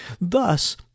Thus